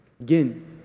Again